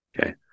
Okay